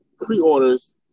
pre-orders